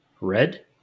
red